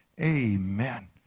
Amen